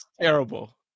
Terrible